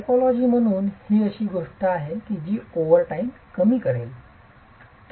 typology म्हणून ही अशी गोष्ट आहे जी ओव्हरटाइम कमी करेल